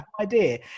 idea